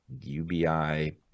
UBI